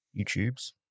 YouTubes